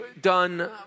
done